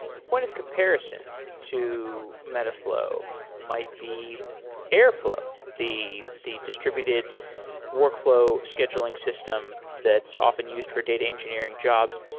a point of comparison to metaflow might be airflow, the the distributed workflow scheduling system that's often used for data engineering jobs.